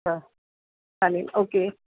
अच्छा चालेल ओके